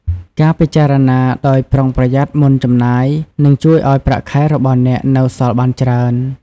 ការពិចារណាដោយប្រុងប្រយ័ត្នមុនចំណាយ នឹងជួយឲ្យប្រាក់ខែរបស់អ្នកនៅសល់បានច្រើន។